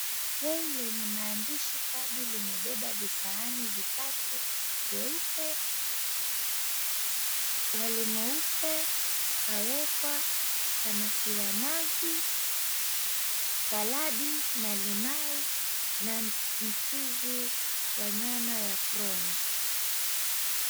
Trei lenye maandishi Tabi limebeba visahani vitatu vyeupe, wali mweupe, ukawekwa samaki wa nazi, saladi na limau na mchuzi wa nyama ya prawn .